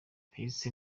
nahise